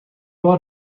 بار